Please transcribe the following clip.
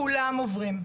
כולם עוברים.